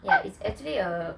ya it's actually a